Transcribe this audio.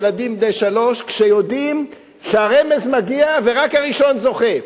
ילדים בני שלוש שיודעים שהרמז מגיע ורק הראשון זוכה.